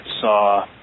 saw